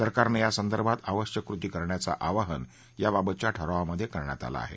सरकारनं यासंदर्भात आवश्यक कृती करण्याचं आवाहन याबाबतच्या ठरावामध्ये करण्यात आलं आहे